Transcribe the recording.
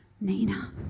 Nina